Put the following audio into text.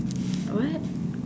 what